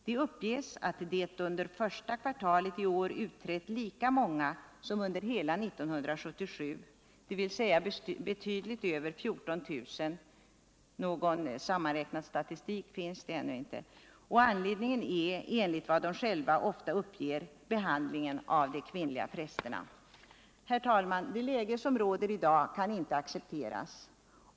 Det uppges att det under första kvartalet i år utträtt lika många som under hela 1977, dvs. betydligt över 14 000 — någon sammanräknad statistik finns ännu inte —, och anledningen är enligt vad de själva ofta uppger behandlingen av. de kvinnliga prästerna. Herr talman! Det läge som råder i dag kan inte accepteras.